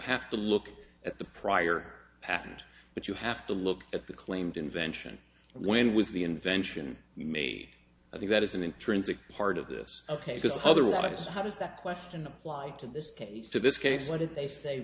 have to look at the prior patent but you have to look at the claimed invention and when was the invention made i think that is an intrinsic part of this ok because otherwise how does that question apply to this case to this case what did they say